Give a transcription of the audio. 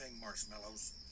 marshmallows